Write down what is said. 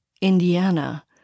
Indiana